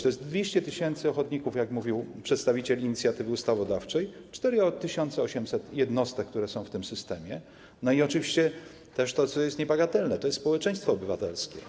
To jest 200 tys. ochotników, jak mówił przedstawiciel Komitetu Inicjatywy Ustawodawczej, 4800 jednostek, które są w tym systemie, i oczywiście, co jest niebagatelne, to jest społeczeństwo obywatelskie.